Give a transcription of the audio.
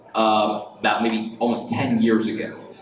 um about maybe almost ten years ago.